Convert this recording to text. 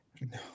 No